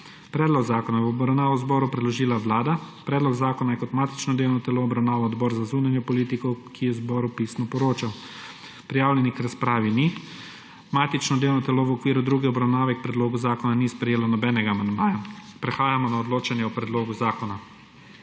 Predlog zakona je v obravnavo zboru predložila Vlada. Predlog zakona je kot matično delovno telo obravnaval Odbor za zunanjo politiko, ki je zboru pisno poročal. Prijavljenih k razpravi ni. Matično delovno telo v okviru druge obravnave k predlogu zakona ni sprejelo nobenega amandmaja. Prehajamo na odločanje o predlogu zakona.